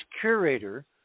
curator